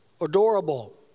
Adorable